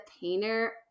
painter